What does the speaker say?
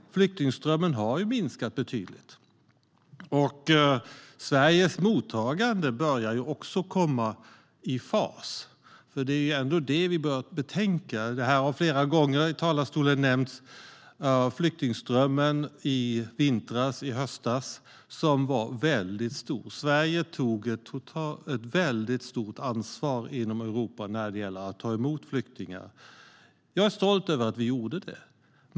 Flyktingströmmen har ju minskat betydligt. Sveriges mottagande börjar också komma i fas. Detta bör vi betänka. Flyktingströmmen i höstas och vintras var väldigt stor, vilket har nämnts i talarstolen flera gånger. Sverige tog ett väldigt stort ansvar inom Europa för flyktingmottagande. Jag är stolt över att vi gjorde det.